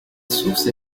source